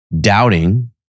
doubting